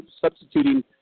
substituting